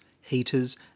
heaters